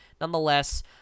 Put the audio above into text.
nonetheless